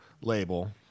label